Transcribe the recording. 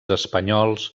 espanyols